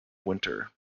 winter